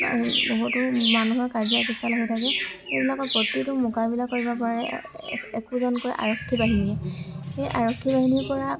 বহুতো মানুহৰ কাজিয়া পেঁচাল হৈ থাকে সেইবিলাকৰ প্ৰতিটো মকামিলা কৰিব পাৰে একোজনকৈ আৰক্ষী বাহিনীয়ে সেই আৰক্ষী বাহিনীৰপৰা